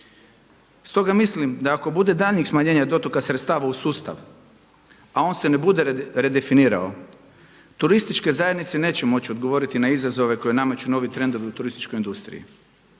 Stoga mislim da ako bude daljnjih smanjenja dotoka sredstava u sustav a on se ne bude definirao turističke zajednice neće moći odgovoriti na izazove koje nameću novi trendovi u turističkoj industriji.